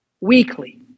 weekly